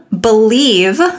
Believe